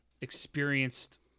experienced